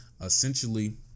Essentially